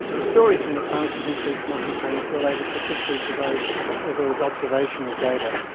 the stories in the past of increased muscle pain is related particularly to those where there is observational data.